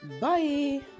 Bye